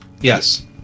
Yes